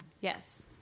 Yes